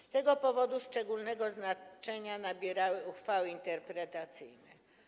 Z tego powodu szczególnego znaczenia nabierały uchwały interpretacyjne.